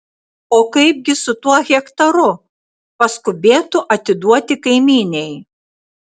o kaipgi su tuo hektaru paskubėtu atiduoti kaimynei